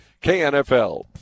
KNFL